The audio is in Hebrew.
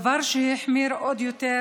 דבר שהחמיר עוד יותר